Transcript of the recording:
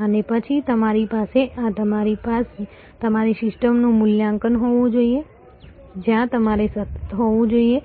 અને પછી તમારી પાસે આ તમારી સિસ્ટમનું મૂલ્યાંકન હોવું જોઈએ જ્યાં તમારે સતત જોવું જોઈએ